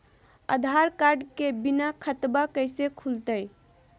आधार card के बिना खाताबा कैसे खुल तय?